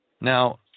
Now